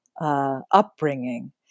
upbringing